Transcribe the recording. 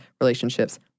relationships